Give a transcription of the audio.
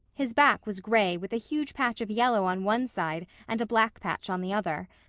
his back was gray with a huge patch of yellow on one side and a black patch on the other.